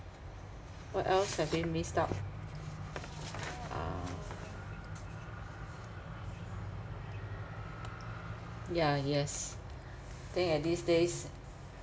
what else have we missed out uh ya yes think at these days